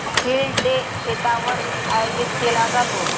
field day शेतावर आयोजित केला जातो